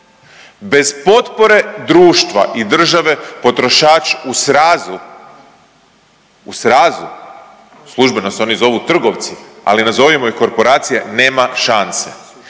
Bez potpore društva i države potrošač u srazu, u srazu, službeno se oni zovu trgovci, ali nazovimo ih korporacije nema šanse.